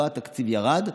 לא התקציב ירד,